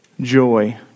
joy